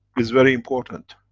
is very important.